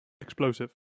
explosive